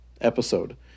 episode